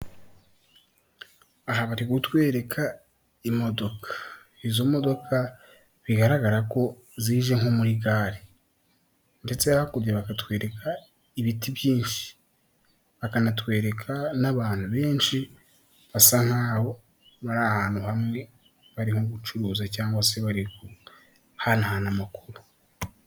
Aha bari kutwereka imodoka, izo modoka bigaragara ko zije nko muri gare ndetse hakurya akatwereka ibiti byinshi, akanatwereka n'abantu benshi basa nkaho bari ahantu hamwe, barimo gucuruza cyangwa se bari guhanahana amakuru.